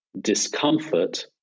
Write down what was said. discomfort